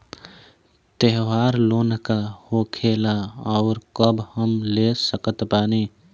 त्योहार लोन का होखेला आउर कब हम ले सकत बानी?